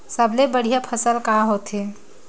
सबले बढ़िया फसल का होथे?